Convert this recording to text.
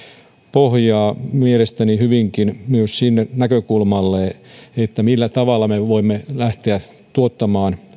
pohjaa mielestäni hyvinkin myös sille näkökulmalle millä tavalla me voimme lähteä tuottamaan